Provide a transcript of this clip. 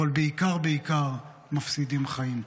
אבל בעיקר בעיקר מפסידים חיים.